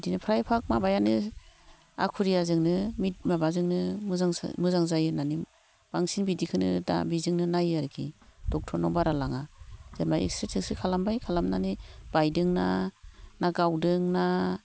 बिदिनो फ्राय भाग माबायानो आखुरियाजोंनो मिथ माबाजोंनो मोजां जायो होननानै बांसिन बिदिखौनो दा बेजोंनो नायो आरोखि ड'क्टरनाव बारा लाङा जेन'बा एक्सरे टेक्सरे खालामबाय खालामनानै बायदों ना ना गावदों ना